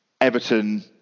Everton